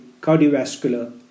cardiovascular